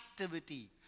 activity